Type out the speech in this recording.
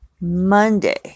Monday